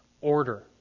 order